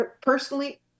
Personally